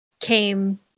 came